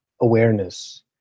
awareness